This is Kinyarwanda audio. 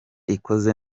ikoze